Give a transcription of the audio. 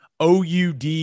OUD